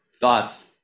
thoughts